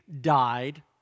died